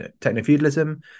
techno-feudalism